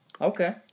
Okay